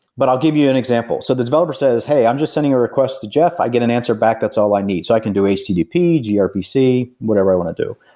but i'll give you an example. so the developer says, hey, i'm just sending a request to jeff. i get an answer back that's all i need, so i can do http, grpc, whatever i want to do.